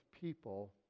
people